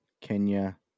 Kenya